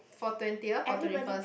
for twentieth for twenty first